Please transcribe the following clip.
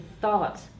thought